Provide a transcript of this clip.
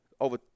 over